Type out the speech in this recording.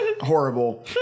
horrible